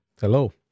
Hello